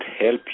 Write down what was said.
help